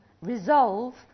resolve